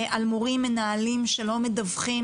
על מורים ומנהלים שלא מדווחים,